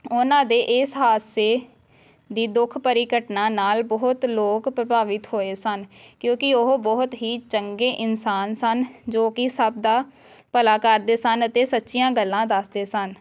ਉਹਨਾਂ ਦੇ ਇਸ ਹਾਦਸੇ ਦੀ ਦੁੱਖ ਭਰੀ ਘਟਨਾ ਨਾਲ ਬਹੁਤ ਲੋਕ ਪ੍ਰਭਾਵਿਤ ਹੋਏ ਸਨ ਕਿਉਂਕਿ ਉਹ ਬਹੁਤ ਹੀ ਚੰਗੇ ਇਨਸਾਨ ਸਨ ਜੋ ਕਿ ਸਭ ਦਾ ਭਲਾ ਕਰਦੇ ਸਨ ਅਤੇ ਸੱਚੀਆਂ ਗੱਲਾਂ ਦੱਸਦੇ ਸਨ